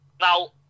Now